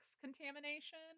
contamination